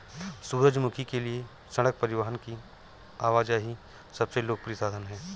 सूरजमुखी के लिए सड़क परिवहन की आवाजाही सबसे लोकप्रिय साधन है